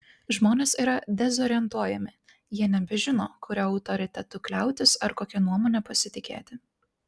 žmonės yra dezorientuojami jie nebežino kuriuo autoritetu kliautis ar kokia nuomone pasitikėti